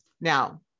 now